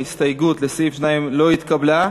ההסתייגות לסעיף 2 לא התקבלה.